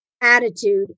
attitude